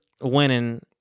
winning